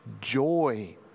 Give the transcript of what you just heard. joy